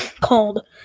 called